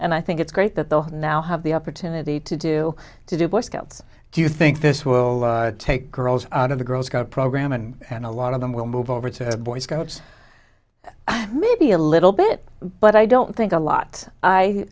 and i think it's great that they'll now have the opportunity to do to do boy scouts do you think this will take girls out of the girl scout program and and a lot of them will move over to have boy scouts maybe a little bit but i don't think a lot i